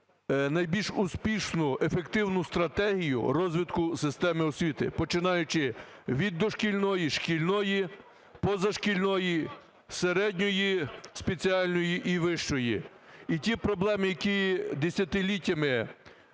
найбільш успішну, ефективну стратегію розвитку системи освіти, починаючи від дошкільної, шкільної, позашкільної, середньої спеціальної і вищої. І ті проблеми, які десятиліттями